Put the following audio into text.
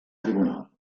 tribunal